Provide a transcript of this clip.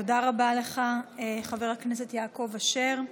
תודה רבה לך, חבר הכנסת יעקב אשר.